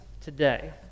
today